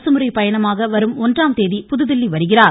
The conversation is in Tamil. அரசுமுறைப்பயணமாக வரும் ஒன்றாம் தேதி புதுதில்லி வருகிறார்